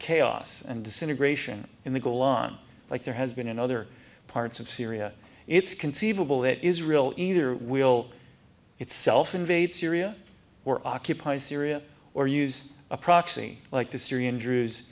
chaos and disintegration in the golan like there has been in other parts of syria it's conceivable that israel either will itself invade syria or occupy syria or use a proxy like the syrian